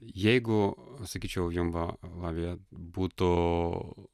jeigu pasakyčiau jum va lavija būtų